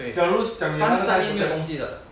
对 funds 在 in 没有东西的